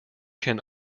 can